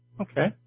Okay